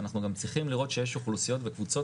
אנחנו גם צריכים לראות שיש אוכלוסיות וקבוצות